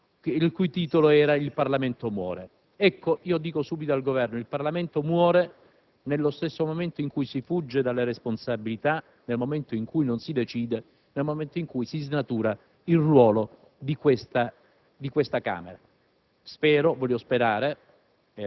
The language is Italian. un articolo bellissimo il cui titolo era «Il Parlamento muore». Ecco, io dico subito al Governo che il Parlamento muore nel momento in cui si fugge dalle responsabilità, nel momento in cui non si decide, nel momento in cui in cui si snatura il ruolo di questa Camera.